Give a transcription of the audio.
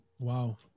Wow